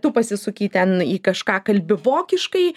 tu pasisuki ten į kažką kalbi vokiškai